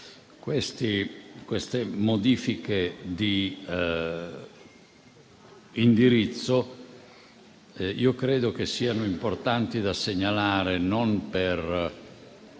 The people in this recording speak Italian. Queste modifiche di indirizzo io credo siano importanti da segnalare non per